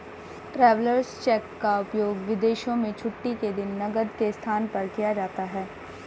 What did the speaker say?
travellers cheque का उपयोग विदेशों में छुट्टी के दिन नकद के स्थान पर किया जाता है